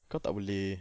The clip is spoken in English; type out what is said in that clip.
kau tak boleh